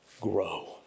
grow